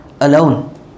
alone